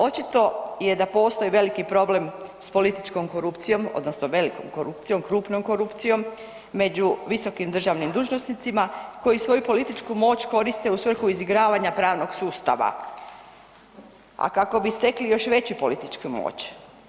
Očito je da postoji veliki problem s političkom korupcijom odnosno velikom korupcijom, krupnom korupcijom među visokim državnim dužnosnicima koji svoju političku moć koriste u svrhu izigravanja pravnog sustava, a kako bi stekli još veću političku moć.